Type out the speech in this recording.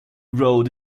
road